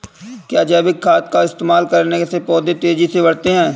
क्या जैविक खाद का इस्तेमाल करने से पौधे तेजी से बढ़ते हैं?